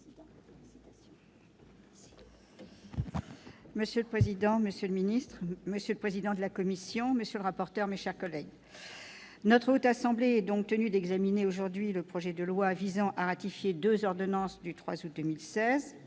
Monsieur le président, monsieur le secrétaire d'État, monsieur le président de la commission, monsieur le rapporteur, mes chers collègues, la Haute Assemblée examine aujourd'hui le projet de loi visant à ratifier deux ordonnances du 3 août 2016